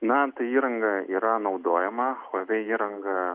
na tai įranga yra naudojama huavei įranga